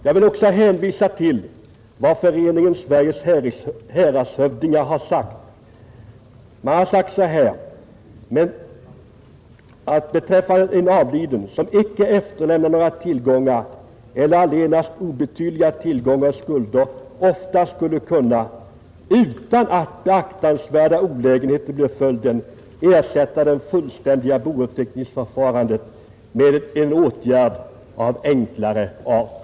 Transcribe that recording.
Jag vill också hänvisa till att Föreningen Sveriges häradshövdingar har sagt att man beträffande avlidna, som icke efterlämnat några tillgångar eller allenast obetydliga tillgångar och skulder, ofta skulle kunna — utan att beaktansvärda olägenheter bleve följden — ersätta det fullständiga bouppteckningsförfarandet med åtgärder av enklare art.